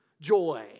joy